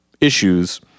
issues